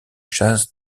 chasse